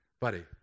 buddy